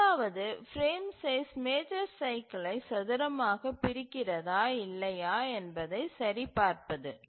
முதலாவது frame size major சைக்கிலை சதுரமாகப் பிரிக்கிறதா இல்லையா என்பதைச் சரி பார்ப்பது